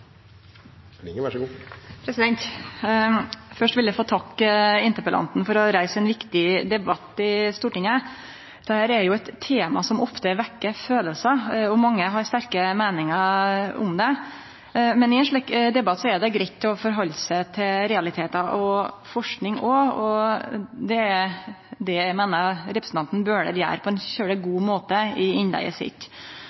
tema som ofte vekkjer følelsar, og mange har sterke meiningar om det. Men i ein slik debatt er det greitt å halde seg til realitetar og forsking òg, og det er det eg meiner representanten Bøhler gjer på ein veldig god måte i innlegget sitt.